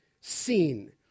seen